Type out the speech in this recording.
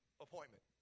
appointment